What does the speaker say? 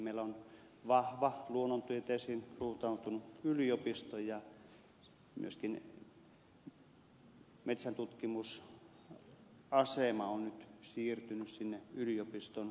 meillä on vahva luonnontieteisiin suuntautunut yliopisto ja myöskin metsäntutkimusasema on nyt siirtynyt sinne yliopiston piiriin